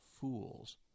fools